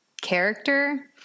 character